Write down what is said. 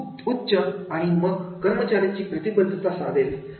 खूप उच्च आणि मग कर्मचाऱ्यांची प्रतिबद्धता साधेल